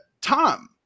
Tom